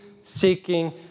seeking